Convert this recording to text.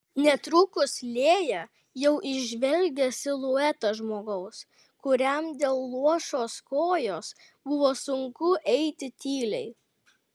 netrukus lėja jau įžvelgė siluetą žmogaus kuriam dėl luošos kojos buvo sunku eiti tyliai